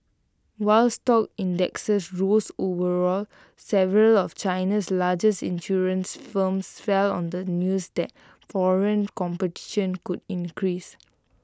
while stock indexes rose overall several of China's largest insurance firms fell on the news that foreign competition could increase